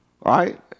right